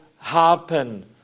happen